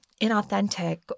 inauthentic